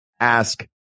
Ask